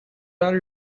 are